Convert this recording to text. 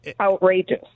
outrageous